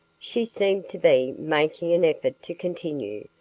she seemed to be making an effort to continue,